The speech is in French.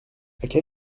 quelle